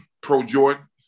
pro-Jordan